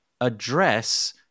address